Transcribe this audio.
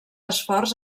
esforç